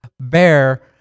bear